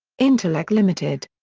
intellect ltd.